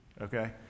okay